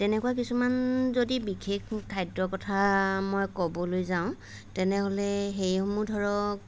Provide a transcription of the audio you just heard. তেনেকুৱা কিছুমান যদি বিশেষ খাদ্যৰ কথা মই ক'বলৈ যাওঁ তেনেহ'লে সেইসমূহ ধৰক